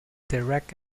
direct